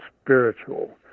spiritual